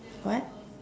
what